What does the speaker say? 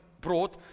brought